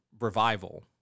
revival